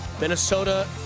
Minnesota